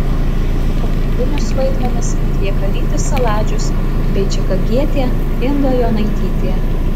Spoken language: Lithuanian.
pagrindinius vaidmenis atlieka rytis saladžius bei čikagietė inga jonaitytė